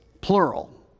Plural